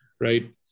Right